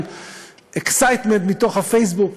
של excitement מתוך הפייסבוק,